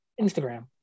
Instagram